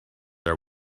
are